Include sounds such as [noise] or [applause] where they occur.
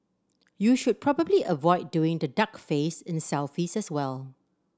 you should probably avoid doing the duck face in [unintelligible] as well